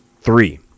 Three